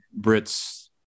Brits